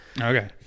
Okay